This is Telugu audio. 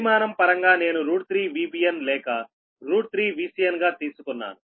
పరిమాణం పరంగా నేను 3VBn లేక 3VCn గా తీసుకున్నాను